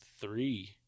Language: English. three